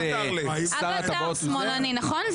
שמלאני, נכון?